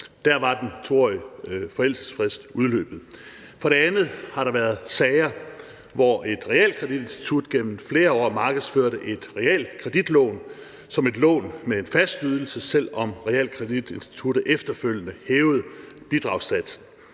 der var den 2-årige forældelsesfrist udløbet. For det andet har der været sager, hvor et realkreditinstitut gennem flere år har markedsført et realkreditlån som et lån med en fast ydelse, selv om realkreditinstituttet efterfølgende har hævet bidragssatsen;